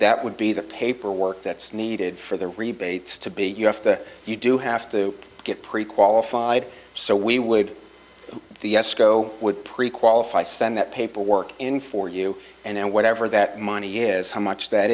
that would be the paperwork that's needed for the rebates to be you have to you do have to get pre qualified so we would the escrow would prequalify send that paperwork in for you and whatever that money is how much that